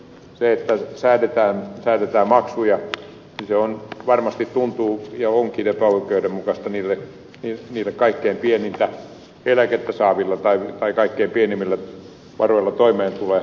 se että säädetään maksuja varmasti tuntuu epäoikeudenmukaiselta ja onkin epäoikeudenmukaista niille kaikkein pienintä eläkettä saaville tai kaikkein pienimmillä varoilla toimeentuleville ihmisille